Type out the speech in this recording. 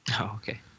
okay